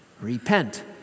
repent